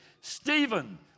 Stephen